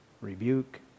rebuke